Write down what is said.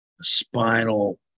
spinal